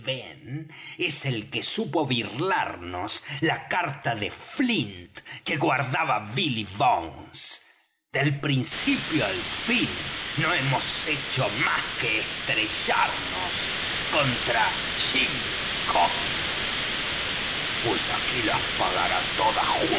es el que supo birlarnos la carta de flint que guardaba billy bones del principio al fin no hemos hecho más que estrellarnos contra jim hawkins pues aquí las pagará todas